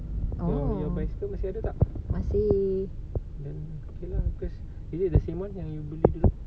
you punya bicycle masih ada tak then okay lah is it the same one that you beli dulu